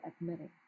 admitting